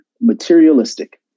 materialistic